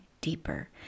deeper